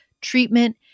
treatment